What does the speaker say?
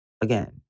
again